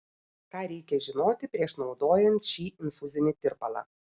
ką reikia žinoti prieš naudojant šį infuzinį tirpalą